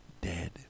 dead